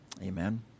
Amen